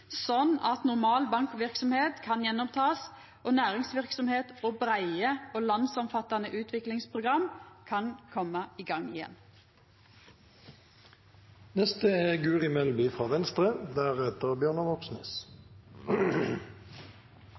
at normal bankverksemd kan takast opp igjen og næringsverksemd for breie og landsomfattande utviklingsprogram kan koma i gang